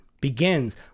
begins